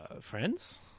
Friends